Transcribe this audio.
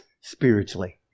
spiritually